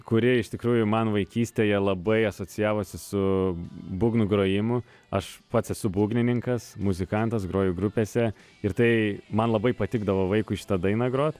kuri iš tikrųjų man vaikystėje labai asocijavosi su būgnų grojimu aš pats esu būgnininkas muzikantas groju grupėse ir tai man labai patikdavo vaikui šitą dainą grot